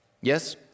Yes